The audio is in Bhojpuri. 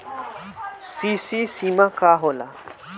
सी.सी सीमा का होला?